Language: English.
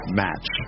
match